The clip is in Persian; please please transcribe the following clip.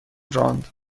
راند